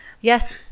Yes